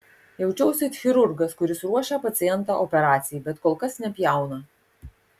jaučiausi it chirurgas kuris ruošia pacientą operacijai bet kol kas nepjauna